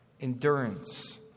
endurance